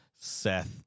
Seth